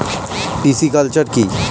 Pisciculture কি?